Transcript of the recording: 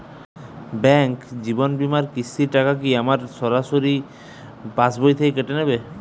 Bank জীবন বিমার কিস্তির টাকা কি সরাসরি আমার পাশ বই থেকে কেটে নিবে?